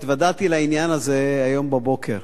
התוודעתי לעניין הזה היום בבוקר,